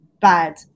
bad